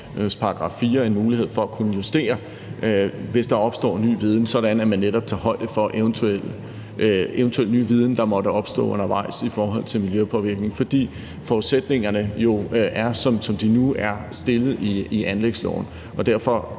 en mulighed for at kunne justere, hvis der opstår ny viden, sådan at man netop tager højde for eventuel ny viden om miljøpåvirkning, der måtte opstå undervejs, fordi forudsætningerne jo er, som de nu er stillet i anlægsloven. Derfor